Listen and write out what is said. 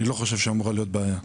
אני לא חושב שאמורה להיות בעיה.